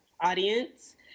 audience